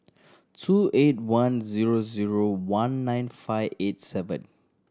two eight one zero zero one nine five eight seven